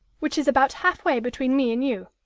which is about halfway between me and you.